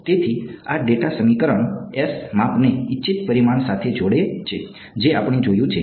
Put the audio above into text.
તેથી આ ડેટા સમીકરણ માપને ઇચ્છિત પરિમાણ સાથે જોડે છે જે આપણે જોયું છે